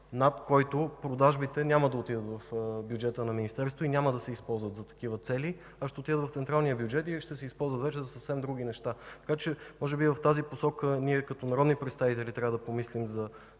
над който продажбите няма да отидат в бюджета на Министерството и няма да се използват за такива цели, а ще отидат в централния бюджет или ще се използват вече за съвсем други неща. Може би в тази посока ние като народни представители трябва да помислим за